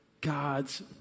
God's